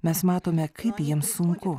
mes matome kaip jiems sunku